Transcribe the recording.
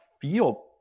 feel